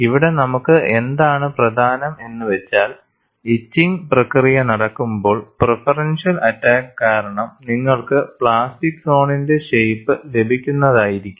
ഇവിടെ നമുക്ക് എന്താണു പ്രധാനം എന്നു വെച്ചാൽ ഇച്ചിങ് പ്രക്രിയ നടക്കുമ്പോൾ പ്രിഫറൻഷ്യൽ അറ്റാക്ക് കാരണം നിങ്ങൾക്ക് പ്ലാസ്റ്റിക് സോണിന്റെ ഷെയിപ്പ് ലഭിക്കുന്നതായിരിക്കും